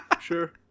sure